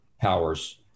powers